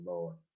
Lord